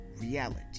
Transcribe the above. reality